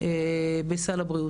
בסל הבריאות.